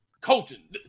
Coaching